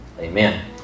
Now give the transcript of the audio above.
Amen